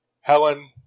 Helen